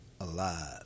alive